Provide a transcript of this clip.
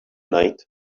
night